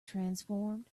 transformed